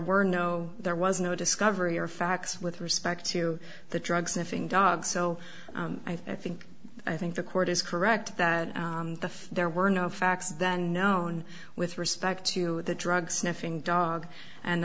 were no there was no discovery or facts with respect to the drug sniffing dogs so i think i think the court is correct that the there were no facts then known with respect to the drug sniffing dog and